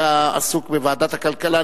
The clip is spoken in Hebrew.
היה עסוק בוועדת הכלכלה.